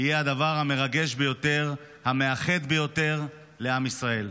יהיו הדבר המרגש ביותר, המאחד ביותר, לעם ישראל.